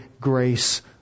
grace